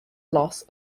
loss